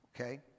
Okay